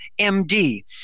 MD